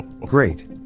Great